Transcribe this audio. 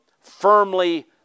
firmly